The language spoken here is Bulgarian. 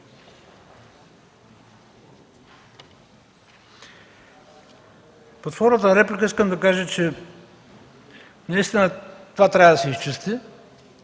Под формата на реплика искам да кажа, че наистина това трябва да се изчисти.